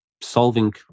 solving